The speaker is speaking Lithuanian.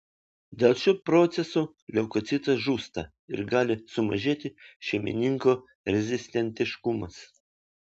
dėl šių procesų leukocitas žūsta ir gali sumažėti šeimininko rezistentiškumas